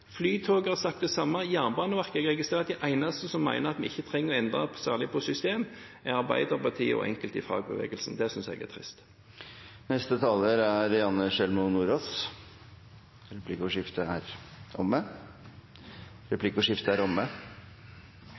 Flytoget og Jernbaneverket har sagt det samme. Jeg registrerer at de eneste som mener at vi ikke trenger å endre særlig på system, er Arbeiderpartiet og enkelte i fagbevegelsen. Det synes jeg er trist. Replikkordskiftet er omme. Det er